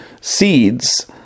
seeds